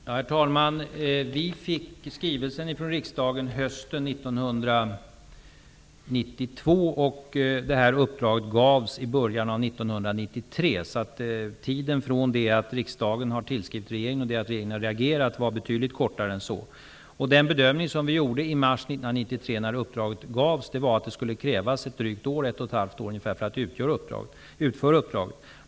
Herr talman! Vi fick skrivelsen från riksdagen hösten 1992, och det här uppdraget gavs i början av 1993. Tiden från det att riksdagen tillskrev regeringen till det att regeringen reagerade var alltså betydligt kortare än två år. Den bedömning vi gjorde i mars 1993 när uppdraget gavs var att det skulle krävas drygt ett år -- ett och ett halvt år ungefär -- för att utföra uppdraget.